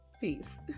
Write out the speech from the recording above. peace